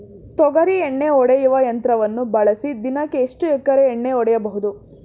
ತೊಗರಿ ಎಣ್ಣೆ ಹೊಡೆಯುವ ಯಂತ್ರವನ್ನು ಬಳಸಿ ದಿನಕ್ಕೆ ಎಷ್ಟು ಎಕರೆ ಎಣ್ಣೆ ಹೊಡೆಯಬಹುದು?